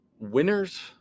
Winners